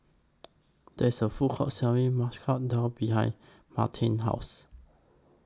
There IS A Food Court Selling Masoor Dal behind Martine's House